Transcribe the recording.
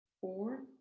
four